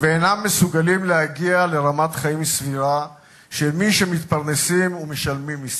ואינם מסוגלים להגיע לרמת חיים סבירה של מי שמתפרנסים ומשלמים מסים.